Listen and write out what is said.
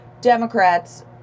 Democrats